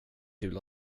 kul